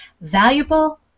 valuable